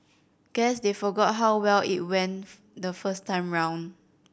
guess they forgot how well it went the first time round